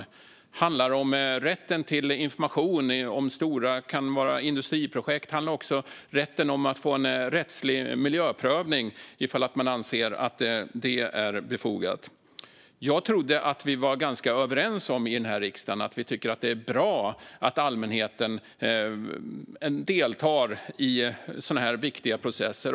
Den handlar om rätten till information om till exempel stora industriprojekt. Den handlar också om rätten att få en rättslig miljöprövning om man anser att det är befogat. Jag trodde att vi var ganska överens i den här riksdagen om att det är bra att allmänheten deltar i sådana här viktiga processer.